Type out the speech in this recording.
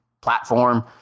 platform